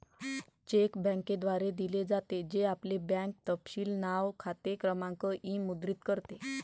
check बँकेद्वारे दिले जाते, जे आपले बँक तपशील नाव, खाते क्रमांक इ मुद्रित करते